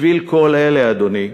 בשביל כל אלה, אדוני,